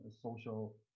social